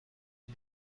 این